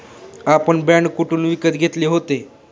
आपण बाँड कोठून विकत घेतले होते?